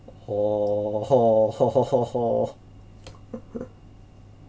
[ho] [ho] [ho] [ho] [ho] [ho]